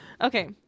okay